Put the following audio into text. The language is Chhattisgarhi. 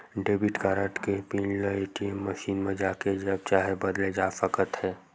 डेबिट कारड के पिन ल ए.टी.एम मसीन म जाके जब चाहे बदले जा सकत हे